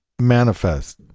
manifest